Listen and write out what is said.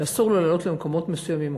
שאסור לו לעלות למקומות מסוימים,